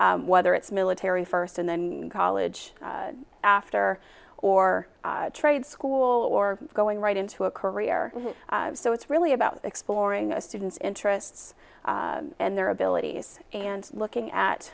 whether it's military first and then college after or trade school or going right into a career so it's really about exploring a student's interests and their abilities and looking at